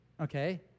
okay